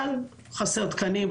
אבל חסרים תקנים,